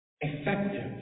effective